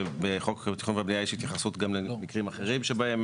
הפירוד שהחוק מכיר בהם כמקרים שבהם